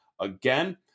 again